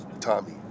Tommy